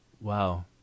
wow